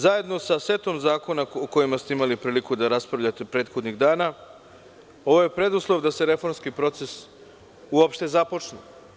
Zajedno sa setom zakona o kojima ste imali prilike da raspravljate prethodnih dana, ovo je preduslov da se reformski proces uopšte započne.